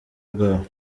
bwabo